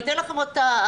אני אתן לכם את ההבחנה.